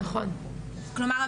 כלומר,